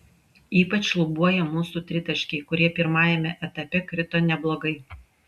ypač šlubuoja mūsų tritaškiai kurie pirmajame etape krito neblogai